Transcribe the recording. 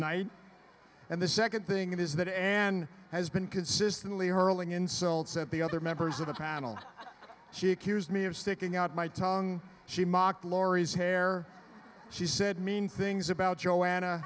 night and the second thing is that n has been consistently hurling insults at the other members of the panel she accused me of sticking out my tongue she mocked laurie's hair she said mean things about joanna